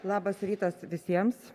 labas rytas visiems